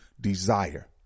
desire